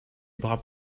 bras